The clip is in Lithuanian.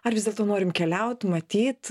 ar vis dėlto norim keliaut matyt